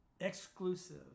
exclusive